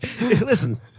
Listen